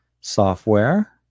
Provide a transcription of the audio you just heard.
software